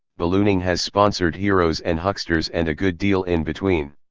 ballooning has sponsored heroes and hucksters and a good deal in between.